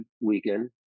weekend